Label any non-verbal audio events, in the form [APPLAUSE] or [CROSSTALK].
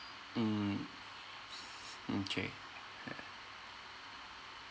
mm [NOISE] mm K ya